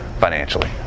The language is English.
financially